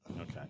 okay